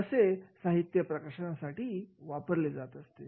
आणि असे साहित्य प्रशिक्षणासाठी वापरली जात असते